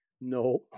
No